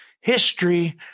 history